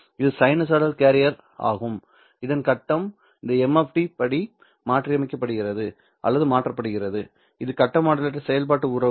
இது sinusoidal carrier ஆகும் இதன் கட்டம் இந்த m படி மாற்றியமைக்கப்படுகிறது அல்லது மாற்றப்படுகிறது இது கட்ட மாடுலேட்டர் செயல்பாட்டு உறவு